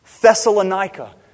Thessalonica